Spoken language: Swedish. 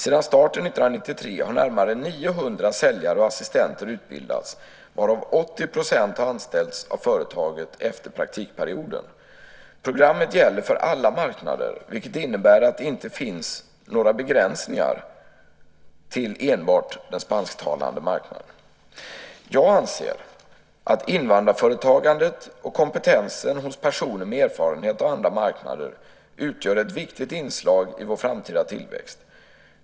Sedan starten 1993 har närmare 900 säljare och assistenter utbildats, varav 80 % har anställts av företaget efter praktikperioden. Programmet gäller för alla marknader, vilket innebär att det inte finns några begränsningar till enbart den spansktalande marknaden. Jag anser att invandrarföretagandet och kompetensen hos personer med erfarenhet av andra marknader utgör ett viktigt inslag i vår framtida tillväxt.